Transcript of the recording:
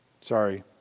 Sorry